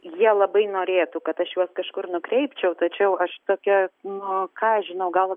jie labai norėtų kad aš juos kažkur nukreipčiau tačiau aš tokia nu ką aš žinau gal